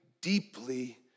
deeply